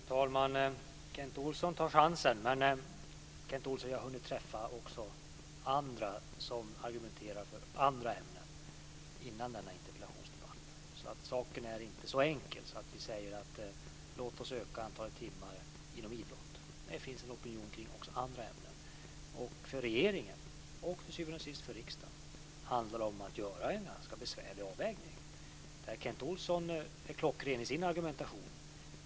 Fru talman! Kent Olsson tar chansen. Jag har också hunnit träffa andra innan denna interpellationsdebatt som argumenterar för andra ämnen, Kent Olsson. Saken är inte så enkel att vi säger: Låt oss öka antalet timmar inom idrott. Det finns en opinion också kring andra ämnen. För regeringen, och till syvende och sist också för riksdagen, handlar det om att göra en ganska besvärlig avvägning. Kent Olsson är klockren i sin argumentation.